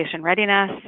readiness